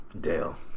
Dale